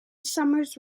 summers